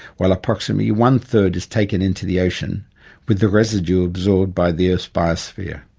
while approximately one third is taken into the ocean with the residue absorbed by the earth's biosphere.